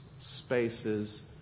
Spaces